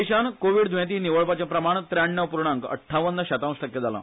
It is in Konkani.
देशान कोविड दुयेंती निवळपाचे प्रमाण त्र्याण्णव्व पूर्णाक अठ्ठावन्न शतांश टक्के जाला